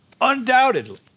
Undoubtedly